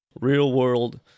real-world